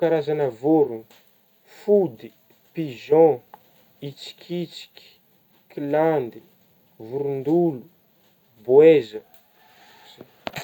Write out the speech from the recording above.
Karazagna vôrona: fody ,pigeon, hitsikitsika, kilandy vorondolo, boeza, izay